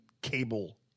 Cable